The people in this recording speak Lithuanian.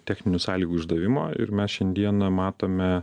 techninių sąlygų išdavimo ir mes šiandieną matome